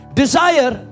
desire